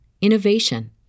innovation